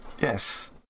yes